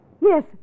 Yes